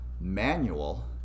manual